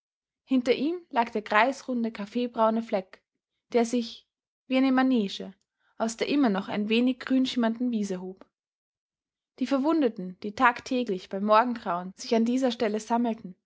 hinter ihm lag der kreisrunde kaffeebraune fleck der sich wie eine manege aus der immer noch ein wenig grünschimmernden wiese hob die verwundeten die tag täglich bei morgengrauen sich an dieser stelle sammelten